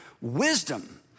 wisdom